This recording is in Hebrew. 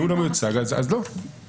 ואם הוא לא מיוצג אז לא.